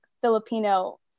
Filipino